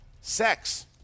sex